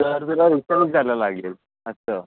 तर तुला उतरूनच जायला लागेल असं